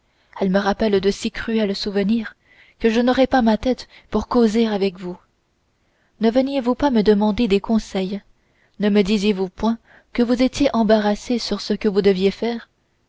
elle me rappelle de si cruels souvenirs que je n'aurais pas ma tête pour causer avec vous ne veniez-vous pas me demander des conseils ne me disiez-vous point que vous étiez embarrassé sur ce que vous deviez faire